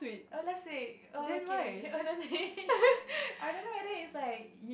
oh last week oh okay honestly I don't know whether is like